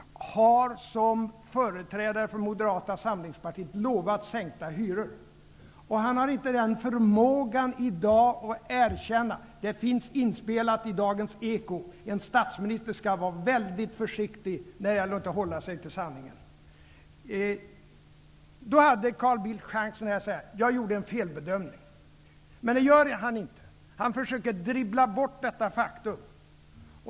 Carl Bildt har som företrädre för Moderata samlingspartiet lovat sänkta hyror. Han har inte den förmågan att i dag erkänna misslyckandet. Det finns inspelat av Dagens Eko. En statsminister skall vara mycket försiktig när det gäller att inte hålla sig till sanningen. Carl Bildt hade chansen att säga: Jag gjorde en felbedömning. Men det gör han inte. Han försöker att dribbla bort detta faktum.